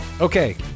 okay